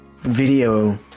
video